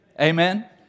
Amen